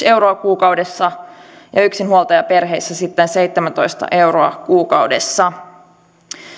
euroa kuukaudessa ja yksinhuoltajaperheissä sitten seitsemäntoista euroa kuukaudessa